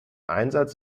einsatz